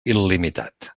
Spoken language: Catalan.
il·limitat